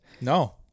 No